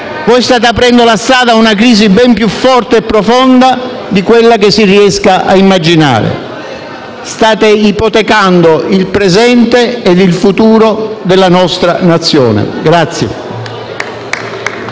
Voi state aprendo la strada a una crisi ben più forte e profonda di quanto si riesca a immaginare. State ipotecando il presente e il futuro della nostra nazione.